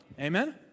Amen